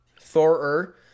Thor